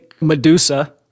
Medusa